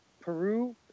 Peru